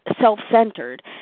self-centered